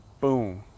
boom